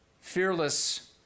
fearless